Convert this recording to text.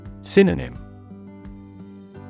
Synonym